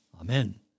Amen